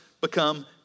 become